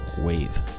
Wave